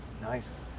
Nice